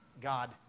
God